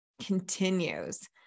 continues